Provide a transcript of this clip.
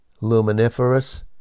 luminiferous